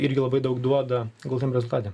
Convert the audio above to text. irgi labai daug duoda galutim rezultate